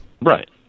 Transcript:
Right